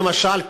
למשל,